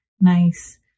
nice